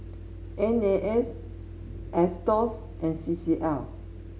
N A S and C C L